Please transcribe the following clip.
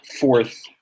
fourth